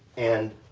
and,